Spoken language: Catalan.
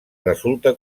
resulta